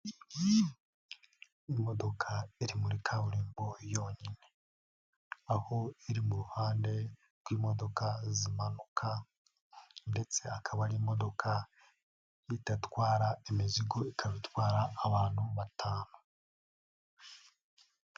Imodoka iri muri kaburimbo yonyine, aho iri mu ruhande rw'imodoka zimanuka ndetse akaba ari imodoka idatwara imizigo, ikaba itwara abantu batanu.